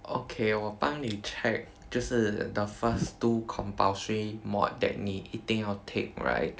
okay 我帮你 check 就是 the first two compulsory mod~ that 你一定要 take right